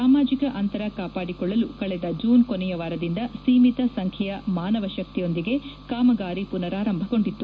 ಸಾಮಾಜಿಕ ಅಂತರ ಕಾಪಾಡಿಕೊಳ್ಳಲು ಕಳೆದ ಜೂನ್ ಕೊನೆಯ ವಾರದಿಂದ ಸೀಮಿತ ಸಂಖ್ಯೆಯ ಮಾನವಶಕ್ತಿಯೊಂದಿಗೆ ಕಾಮಗಾರಿ ಪುನರಾರಂಭಗೊಂಡಿತ್ತು